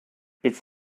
its